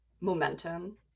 momentum